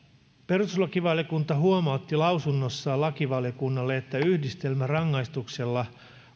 perustuslakivaliokunta huomautti lausunnossaan lakivaliokunnalle että yhdistelmärangaistuksella